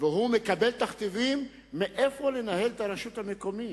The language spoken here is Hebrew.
והוא מקבל תכתיבים מאיפה לנהל את הרשות המקומית.